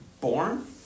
born